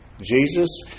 Jesus